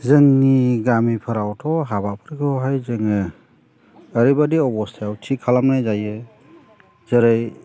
जोंनि गामिफोराव थ' हाबाफोरखौहाय जोङो ओरैबायदि अबस्थायाव थि खालामनाय जायो जेरै